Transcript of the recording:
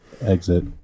exit